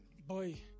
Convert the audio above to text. Boy